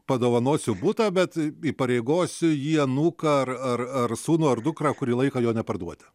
padovanosiu butą bet įpareigosiu jį anūką ar ar sūnų ar dukrą kurį laiką jo neparduoti